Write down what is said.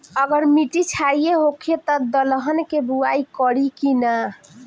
अगर मिट्टी क्षारीय होखे त दलहन के बुआई करी की न?